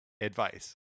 advice